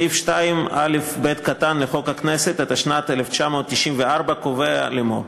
סעיף 2א(ב) לחוק הכנסת, התשנ"ד 1994, קובע לאמור: